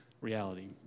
reality